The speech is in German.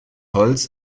holz